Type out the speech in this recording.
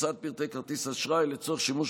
הוצאת פרטי כרטיס אשראי לצורך שימוש